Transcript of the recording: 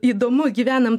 įdomu gyvenam